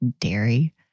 dairy